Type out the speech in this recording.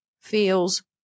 feels